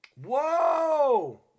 Whoa